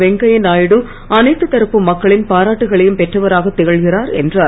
வெங்கய்யா நாயுடு அனைத்து தரப்பு மக்களின் பாராட்டுக்களையும் பெற்றவராக திகழ்கிறார் என்றார்